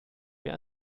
mir